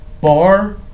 bar